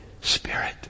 Spirit